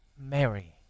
Mary